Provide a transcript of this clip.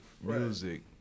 music